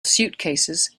suitcases